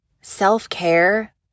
Self-care